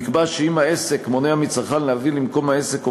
נקבע שאם העסק מונע מצרכן להביא למקום העסק או